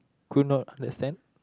could not understand